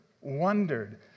wondered